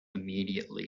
immediately